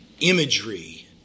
imagery